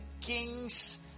king's